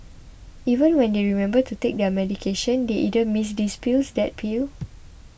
even when they remember to take their medication they either miss this pill that pill